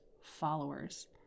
followers